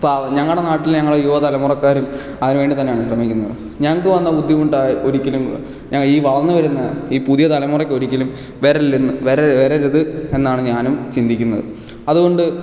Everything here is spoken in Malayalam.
അപ്പോൾ ഞങ്ങളുടെ നാട്ടിൽ ഞങ്ങൾ യുവതലമുറക്കാരും അതിനു വേണ്ടി തന്നെയാണ് ശ്രമിക്കുന്നത് ഞങ്ങൾക്കു വന്ന ബുദ്ധിമുട്ട് ഒരിക്കലും ഈ വളർന്നു വരുന്ന ഈ പുതിയ തലമുറക്കൊരിക്കലും വരല്ലെന്ന് വരര വരരുത് എന്നാണ് ഞാനും ചിന്തിക്കുന്നത് അതുകൊണ്ട്